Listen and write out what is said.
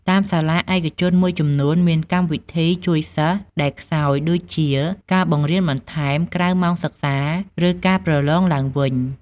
តាមសាលាឯកជនមួយចំនួនមានកម្មវិធីជួយសិស្សដែលខ្សោយ ដូចជា ការបង្រៀនបន្ថែម ក្រៅម៉ោងសិក្សា ឬការប្រឡងឡើងវិញ។